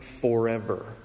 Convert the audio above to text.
forever